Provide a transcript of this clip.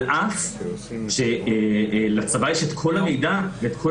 על אף שלצבא יש את כל המידע ואת כל